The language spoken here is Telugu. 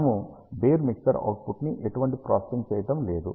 మనము బేర్ మిక్సర్ అవుట్పుట్ ని ఎటువంటి ప్రాసెసింగ్ చేయటం లేదు